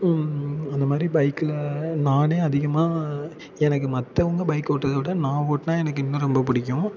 அந்தமாதிரி பைக்கில் நானே அதிகமாக எனக்கு மத்தவங்க பைக் ஓட்டுறத விட நான் ஓட்டினா எனக்கு இன்னும் ரொம்ப பிடிக்கும்